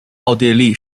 奥地利